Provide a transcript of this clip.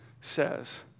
Says